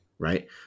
Right